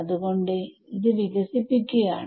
അത്കൊണ്ട് ഇത് വികസിപ്പിക്കുകയാണ്